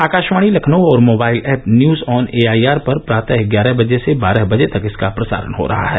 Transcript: आकाशवाणी लखनऊ और mobile app news on AIR पर प्रातः ग्यारह बजे से बारह बजे तक इसका प्रसारण हो रहा है